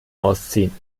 ausziehen